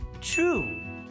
True